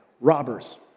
robbers